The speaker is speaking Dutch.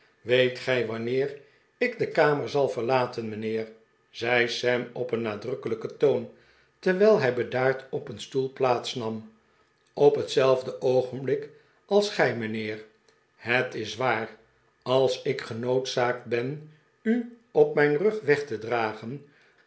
weet gij wanneer ik de kamer zal verlaten mijnheer zei sam op een nadrukkelijken toon terwijl hij bedaard op een stoel plaats nam op hetzelfde oogenblik als gij mijnheer het is waar als ik genoodzaakt ben u op mijn rug weg te dragen